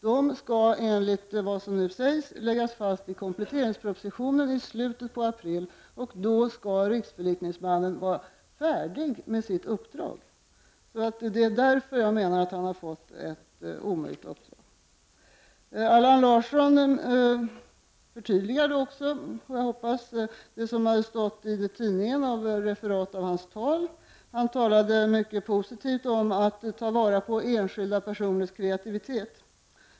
De skall enligt vad som nu sägs läggas fast i kompletteringspropositionen i slutet av april, och då skall riksförlikningsmannen vara färdig med sitt uppdrag. Därför menar jag att han fått ett omöjligt uppdrag. Allan Larsson förtydligade också — jag hoppas att det var det han gjorde — referatet i tidningen av hans tal. Han talade mycket positivt om att ta vara på enskilda personers kreativitet.